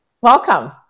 Welcome